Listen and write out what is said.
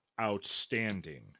outstanding